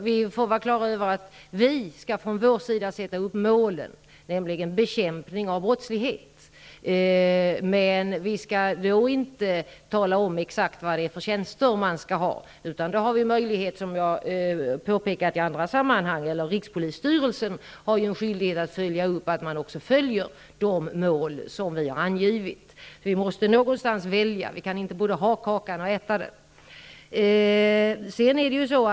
Vi får vara klara över att vi skall sätta upp målet, nämligen bekämpning av brottslighet, men vi skall då inte tala om exakt vad det är för tjänster man skall ha. Rikspolisstyrelsen har en skyldighet att följa upp att de mål eftersträvas som vi har angivit. Vi måste någonstans välja; vi kan inte både ha kakan och äta den.